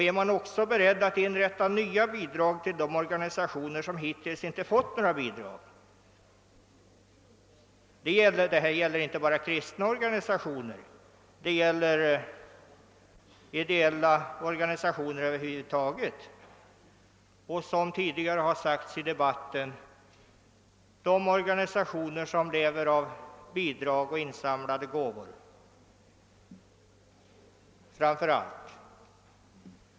är man även beredd att införa bidrag för de organisationer som hittills inte fått några? Det gäller inte bara kristna organisationer. Det gäller ideella organisationer över huvud taget och, vilket tidigare har sagts i debatten, de organisationer som framför allt lever av bidrag och insamlade gåvor.